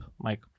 Mike